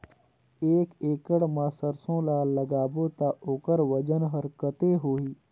एक एकड़ मा सरसो ला लगाबो ता ओकर वजन हर कते होही?